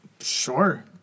Sure